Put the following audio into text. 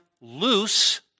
loose